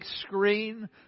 screen